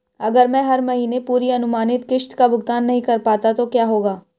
अगर मैं हर महीने पूरी अनुमानित किश्त का भुगतान नहीं कर पाता तो क्या होगा?